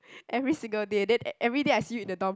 every single day then e~ everyday I see you in the dorm